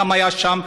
הוא גם היה שם,